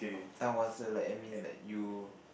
town council like I mean like you